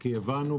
כי הבנו,